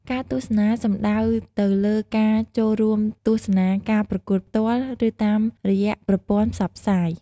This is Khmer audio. ការទស្សនាសំដៅទៅលើការ ចូលរួមទស្សនាការប្រកួតផ្ទាល់ ឬតាមរយៈប្រព័ន្ធផ្សព្វផ្សាយ។